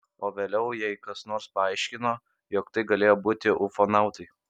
o vėliau jai kas nors paaiškino jog tai galėjo būti ufonautai